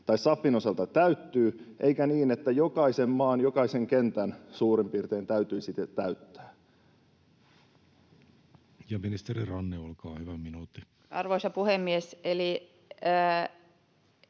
SAFin osalta täyttyvät, eikä niin, että jokaisen maan, jokaisen kentän suurin piirtein täytyisi ne täyttää. Ja ministeri Ranne, olkaa hyvä, minuutti. Arvoisa puhemies!